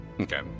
Okay